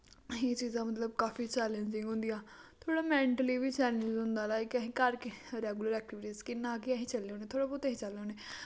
असीं एह् चीजां मतलव काफी चैलेंजिंग होंदियां थोह्ड़ा मैंटली वी चैलेंजिंग होंदा लाइक कि असें घर रैगुलर ऐक्टिविटीस किन्ना कि असी चलने होन्ने थोह्ड़ा बोह्त ही चलने होन्ने